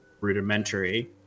rudimentary